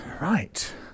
right